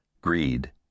greed